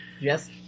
yes